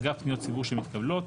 אגב פניות ציבור שמתקבלות.